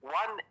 one